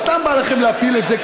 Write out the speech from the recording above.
אז סתם בא לכם להפיל את זה,